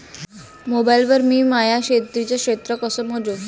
Mobile वर मी माया शेतीचं क्षेत्र कस मोजू?